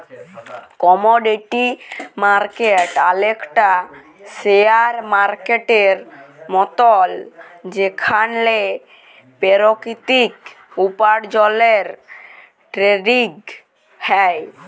commodity market অলেকটা share মার্কেটের মতল যেখালে পেরাকিতিক উপার্জলের টেরেডিং হ্যয়